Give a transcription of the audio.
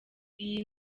iyi